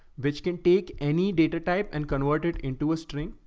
which can take any data type and convert it into a stream.